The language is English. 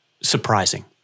surprising